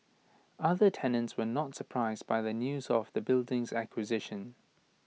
other tenants were not surprised by the news of the building's acquisition